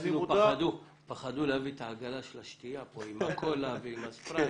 אפילו פחדו להביא את העגלה של השתייה לפה עם הקולה ועם הספרייט